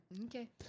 okay